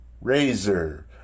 Razor